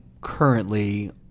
currently